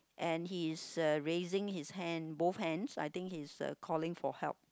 and he is uh raising his hand both hands I think he's uh calling for help